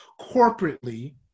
corporately